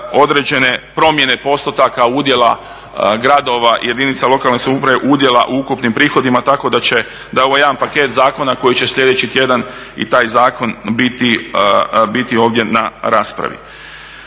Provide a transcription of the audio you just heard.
određene promjene postotaka udjela gradova jedinice lokalne samouprave udjela u ukupnim prihodima tako da je ovo jedan paket zakona koji će sljedeći tjedan i taj zakon biti ovdje na raspravi.